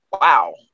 wow